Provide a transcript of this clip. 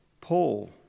Paul